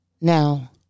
Now